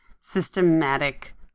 systematic